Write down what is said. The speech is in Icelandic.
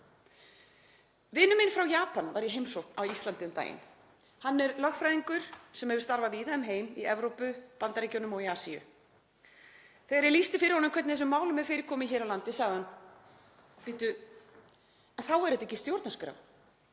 Vinur minn frá Japan var í heimsókn á Íslandi um daginn. Hann er lögfræðingur sem hefur starfað víða um heim, í Evrópu, Bandaríkjunum og í Asíu. Þegar ég lýsti fyrir honum hvernig þessum málum er fyrir komið hér á landi sagði hann: Bíddu, en þá er þetta ekki stjórnarskrá,